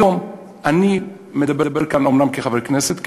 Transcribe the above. היום אני מדבר כאן אומנם כחבר כנסת,